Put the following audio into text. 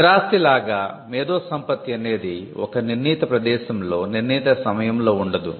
స్థిరాస్తి లాగా మేధోసంపత్తి అనేది ఒక నిర్ణీత ప్రదేశంలో నిర్ణీత సమయంలో ఉండదు